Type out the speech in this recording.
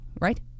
right